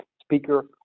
speaker